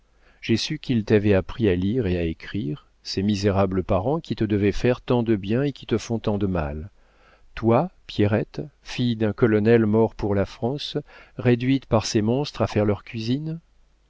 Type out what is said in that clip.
j'ai su qu'ils t'avaient appris à lire et à écrire ces misérables parents qui te devaient faire tant de bien et qui te font tant de mal toi pierrette fille d'un colonel mort pour la france réduite par ces monstres à faire leur cuisine